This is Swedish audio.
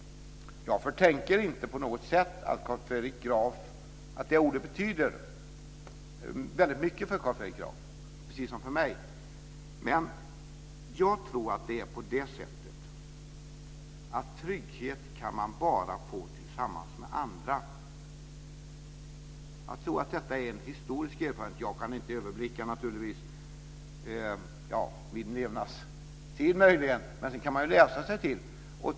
Jag förtänker inte på något sätt att ordet trygghet betyder mycket för Carl Fredrik Graf, precis som för mig. Jag tror att man bara kan få trygghet tillsammans med andra. Det är en historisk erfarenhet. Jag kan inte överblicka mer än min levnadstid. Men man kan läsa sig till det.